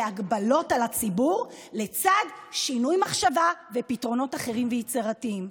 והגבלות על הציבור ושל שינוי מחשבה ופתרונות אחרים ויצירתיים.